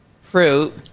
Fruit